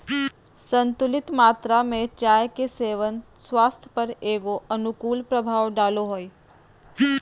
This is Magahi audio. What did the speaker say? संतुलित मात्रा में चाय के सेवन स्वास्थ्य पर एगो अनुकूल प्रभाव डालो हइ